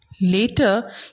Later